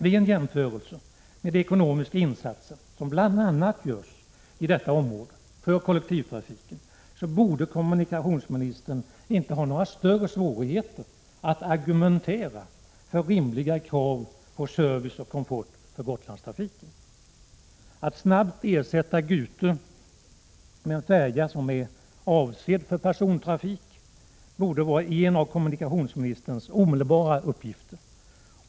Vid en jämförelse med de ekonomiska insatser som bl.a. görs för kollektivtrafiken i detta område borde kommunikationsministern inte ha några större svårigheter att argumentera för rimliga krav på service och komfort för Gotlandstrafiken. Att snabbt ersätta Gute med en färja som är avsedd för persontrafik borde vara en av kommunikationsministerns omedelbara uppgifter.